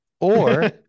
Or-